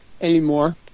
anymore